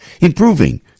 improving